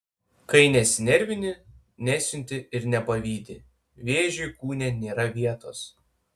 kai nesinervini nesiunti ir nepavydi vėžiui kūne nėra vietos